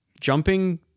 jumping